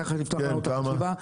סתם ככה לפתוח לנו את החשיבה.